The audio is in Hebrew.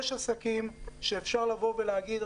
יש עסקים שאפשר להגיד,